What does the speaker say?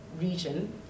region